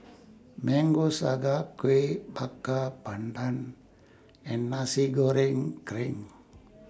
Mango Sago Kueh Bakar Pandan and Nasi Goreng Kerang